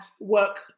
work